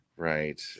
Right